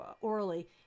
orally